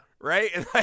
Right